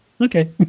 okay